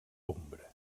ombra